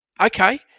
Okay